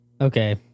okay